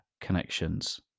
connections